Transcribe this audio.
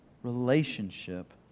Relationship